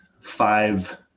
five